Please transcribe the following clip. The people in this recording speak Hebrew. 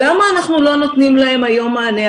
למה אנחנו לא נותנים להם היום מענה?